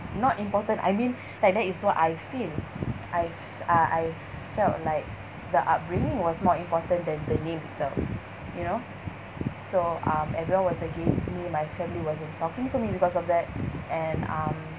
not important I mean like that is what I feel I uh I felt like the upbringing was more important than the name itself you know so um everyone was against me my family wasn't talking to me because of that and um